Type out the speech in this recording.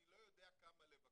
אני לא יודע כמה לבקש,